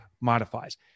modifies